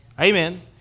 Amen